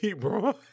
bro